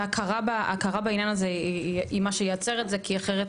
והכרה בעניין זה היא מה שיוצר את זה כי אחרת